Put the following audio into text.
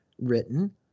written